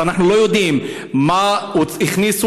אז אנחנו לא יודעים מה הכניסו,